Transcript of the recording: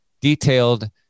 detailed